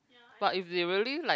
but if they really like